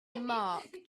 mark